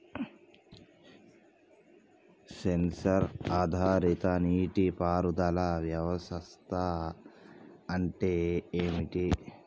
Censor ఆధారిత నీటి పారుదల వ్యవస్థ అంటే ఏమిటి?